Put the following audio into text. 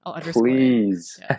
please